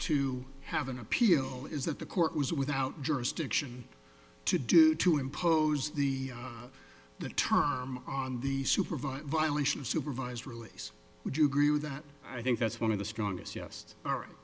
to have an appeal is that the court was without jurisdiction to do to impose the the term on the supervisor violation of supervised release would you agree with that i think that's one of the strongest yest a